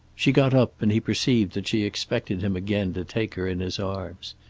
she got up, and he perceived that she expected him again to take her in his arms.